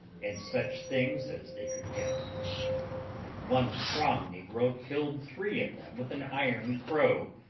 and such things as they could get and one strong negro killed three of them with an iron crow,